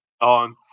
on